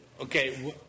Okay